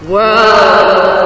World